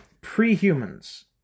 pre-humans